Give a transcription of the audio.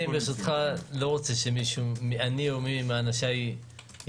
ברשותך, אני לא רוצה שאני או מי מאנשיי יתייחס.